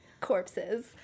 corpses